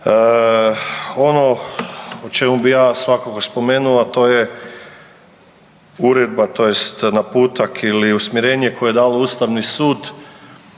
Ono o čemu bi ja svakako spomenuo, a to je uredba tj. naputak ili usmjerenje koje je dalo Ustavni sud,